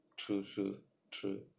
true true true